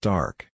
Dark